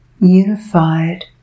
unified